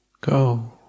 go